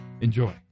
Enjoy